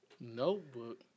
Notebook